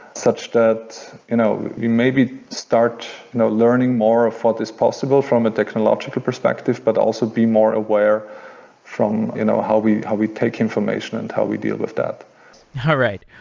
such that you know you maybe start you know learning more of what is possible from a technological perspective, but also be more aware from you know how we how we take information and how we deal with that all right.